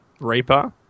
Reaper